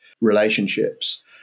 relationships